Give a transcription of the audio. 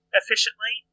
efficiently